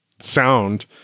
sound